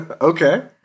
Okay